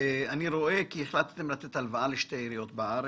רואה כי החלטתם לתת הלוואה לשתי עיריות בארץ.